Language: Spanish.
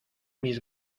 mis